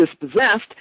dispossessed